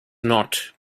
not